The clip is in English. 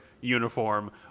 uniform